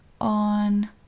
on